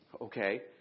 Okay